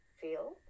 feel